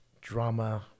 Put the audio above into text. drama